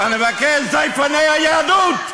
זייפני היהדות.